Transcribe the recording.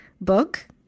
book